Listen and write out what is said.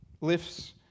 lifts